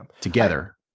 together